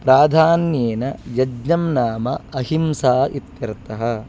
प्राधान्येन यज्ञं नाम अहिंसा इत्यर्थः